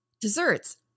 Desserts